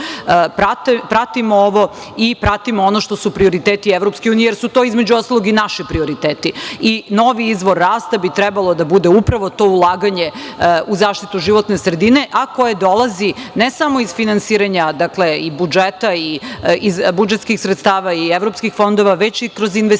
pratimo ovo i pratimo ono što su prioriteti Evropske unije, jer su to, između ostalog, i naši prioriteti. Novi izvor rasta bi trebalo da bude upravo to ulaganje u zaštitu životne sredine, a koje dolazi ne samo iz finansiranja i budžeta i budžetskih sredstava i evropskih fondova, već i kroz investicije.